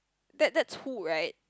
that that's who right